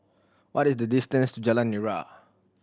what is the distance Jalan Nira